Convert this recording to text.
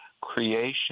creation